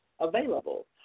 available